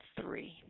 three